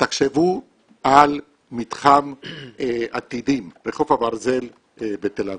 תחשבו על מתחם עתידים, רחוב הברזל בתל אביב,